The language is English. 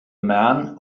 man